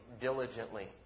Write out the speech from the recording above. diligently